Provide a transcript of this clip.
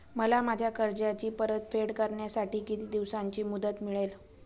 मला माझ्या कर्जाची परतफेड करण्यासाठी किती दिवसांची मुदत मिळेल?